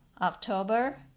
October